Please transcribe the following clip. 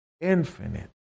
infinite